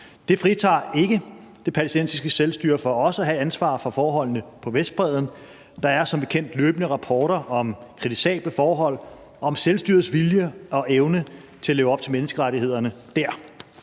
Det fritager ikke det palæstinensiske selvstyre for også at have ansvaret for forholdene på Vestbredden. Der er som bekendt løbende rapporter om kritisable forhold, om selvstyrets vilje og evne til at leve op til menneskerettighederne der.